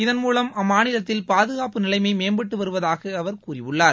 இதன்மூவம் அம்மாநிலத்தில் பாதுகாப்பு நிலைமை மேம்பட்டு வருவதாக அவர் கூறியுள்ளார்